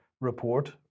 report